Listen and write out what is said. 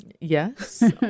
Yes